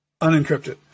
unencrypted